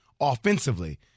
offensively